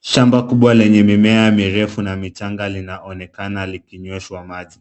Shamba kubwa lenye mimea mirefu na michanga linaonekana likinyeshwa maji.